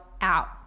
out